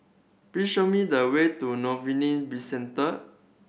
please show me the way to Bizcenter